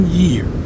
year